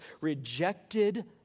rejected